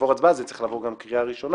הצבעה זה צריך לעבור גם קריאה ראשונה,